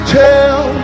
tell